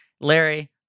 Larry